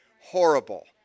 horrible